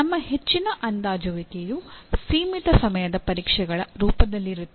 ನಮ್ಮ ಹೆಚ್ಚಿನ ಅಂದಾಜುವಿಕೆಯು ಸೀಮಿತ ಸಮಯದ ಪರೀಕ್ಷೆಗಳ ರೂಪದಲ್ಲಿರುತ್ತದೆ